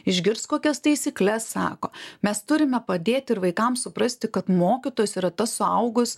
išgirsk kokias taisykles sako mes turime padėti ir vaikam suprasti kad mokytojas yra tas suaugus